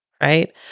right